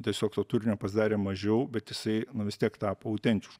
tiesiog to turinio pasidarė mažiau bet jisai nu vis tiek tapo autentišku